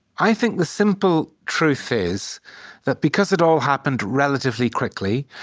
i think the simple truth is that because it all happened relatively quickly,